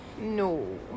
no